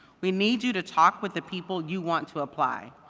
we need you to talk with the people you want to apply.